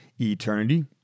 eternity